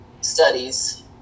studies